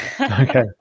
Okay